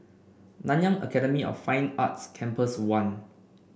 Nanyang Academy of Fine Arts Campus One